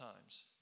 times